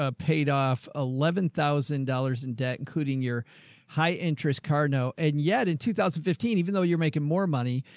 ah paid off eleven thousand dollars in debt, including your high interest car. no. and yet in two thousand and fifteen, even though you're making more money,